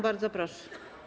Bardzo proszę.